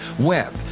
web